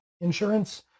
insurance